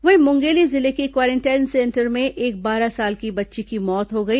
वहीं मुंगेली जिले के क्वारेंटाइन सेंटर में एक बारह साल की बच्ची की मौत हो गई